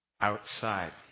outside